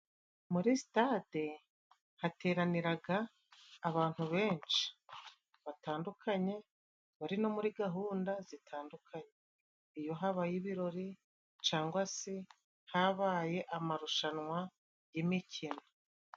Muri sitade hateraniraga abantu benshi batandukanye， bari no muri gahunda zitandukanye. Iyo habaye ibirori cangwa se habaye amarushanwa y'imikino.